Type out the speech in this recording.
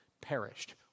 perished